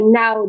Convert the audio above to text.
now